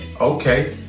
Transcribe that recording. Okay